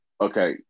Okay